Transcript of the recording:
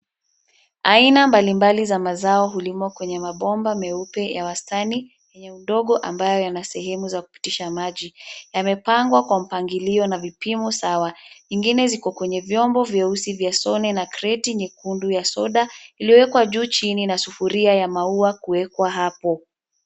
Aina mbalimbali za mazao hulimwa kwenye mabomba meupe ya wastani yenye udogo ambayo yana sehemu za kupitisha maji. Yamepangwa kwa mpangilio na vipimo sawa. Ingine ziko kwenye vyombo vyeusi vya soni na kreti nyekundu ya soda iliyowekwa juu chini na sufuria ya maua kuwekwa hapo.